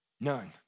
None